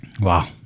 Wow